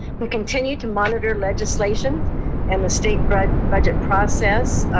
we continue to monitor legislation and the state but budget process.